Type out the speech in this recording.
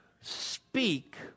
Speak